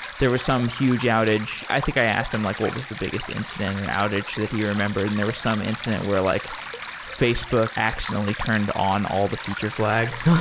there were some huge outage. i think i asked him like what was the biggest incident or outage that he remembered, and there were some incident where like facebook accidentally turned on all the feature flags.